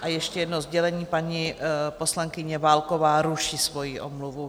A ještě jedno sdělení paní poslankyně Válková ruší svoji omluvu.